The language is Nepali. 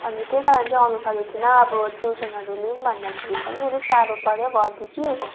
अनि त्यही कारण चाहिँ आउनु सकेको थिइनँ अब ट्युसनहरू लिउँ भन्दाखेरि पनि अलिक टाढो पऱ्यो घरदेखि